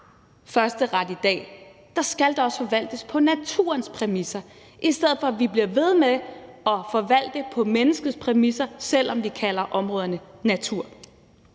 førsteret i dag, skal der også forvaltes på naturens præmisser, i stedet for at vi bliver ved med at forvalte på menneskets præmisser, selv om vi kalder områderne natur.